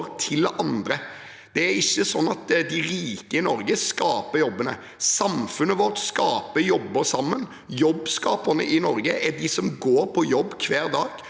til andre. Det er ikke sånn at de rike i Norge skaper jobbene. Samfunnet vårt skaper jobber sammen. Jobbskaperne i Norge er de som går på jobb hver dag,